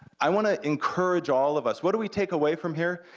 i wanna encourage all of us, what do we take away from here?